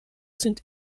sind